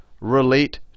relate